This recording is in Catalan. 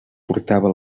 portava